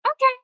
okay